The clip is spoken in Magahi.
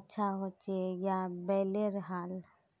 अच्छा होचे या बैलेर हाल?